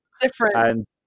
Different